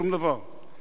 שום דבר.